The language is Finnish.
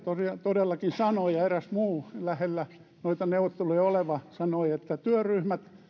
todellakin sanoi ja eräs muu lähellä noita neuvotteluja oleva sanoi että työryhmät